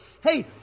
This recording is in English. hey